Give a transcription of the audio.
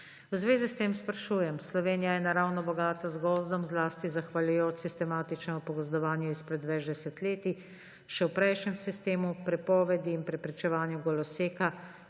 V zvezi s tem sprašujem. Slovenija je naravno bogata z gozdom, zlasti zahvaljujoč sistematičnemu pogozdovanju izpred več desetletij, še v prejšnjem sistemu, prepovedi in preprečevanja goloseka